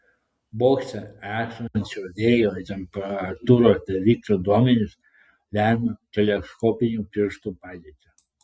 bokšte esančių vėjo ir temperatūros daviklių duomenys lemią teleskopinių pirštų padėtį